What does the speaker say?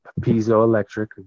piezoelectric